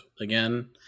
again